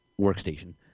workstation